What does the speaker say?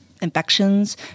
infections